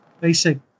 basic